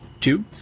Two